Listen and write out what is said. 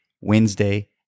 Wednesday